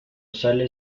sale